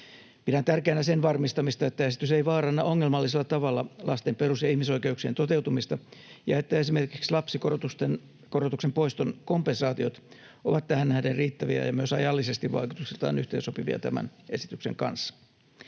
Pidän tärkeänä sen varmistamista, että esitys ei vaaranna ongelmallisella tavalla lasten perus- ja ihmisoikeuksien toteutumista ja että esimerkiksi lapsikorotuksen poiston kompensaatiot ovat tähän nähden riittäviä ja myös ajallisesti vaikutuksiltaan yhteensopivia tämän esityksen kanssa.